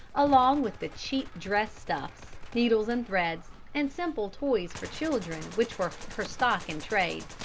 along with the cheap dress-stuffs, needles and threads, and simple toys for children which were her stock-in-trade.